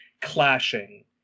clashing